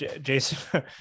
Jason